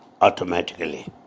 automatically